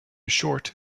short